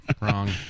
Wrong